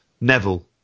Neville